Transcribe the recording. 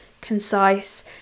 concise